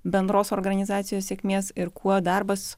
bendros organizacijos sėkmės ir kuo darbas